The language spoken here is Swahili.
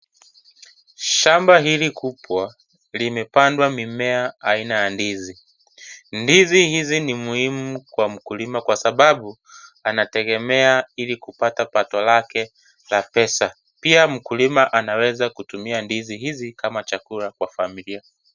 Shamba hili kubwa limepandwa mimea aina ya ndizi, ndizi hizi ni muhimu kwa mkulima kwa sababu anategemea ili kupata pato lake la pesa, pia mkulima anaweza kutumia ndizi hizi kama chakula kwa familia.